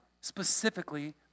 specifically